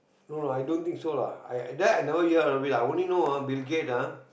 no lah i don't think so lah I I that I never hear of it I only know ah Bill-Gate ah